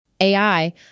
AI